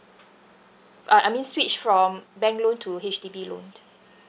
f~ uh I mean switch from bank loan to H_D_B loan